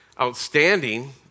outstanding